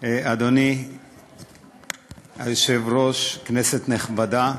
אדוני היושב-ראש, כנסת נכבדה,